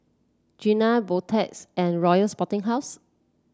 Garnier Beautex and Royal Sporting House